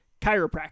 Chiropractic